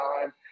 time